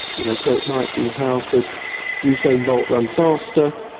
you know so it might be how could usain bolt run faster,